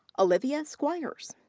olivia squyres.